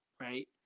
right